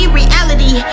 reality